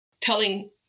telling